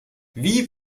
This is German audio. wie